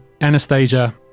Anastasia